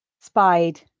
Spied